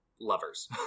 lovers